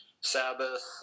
Sabbath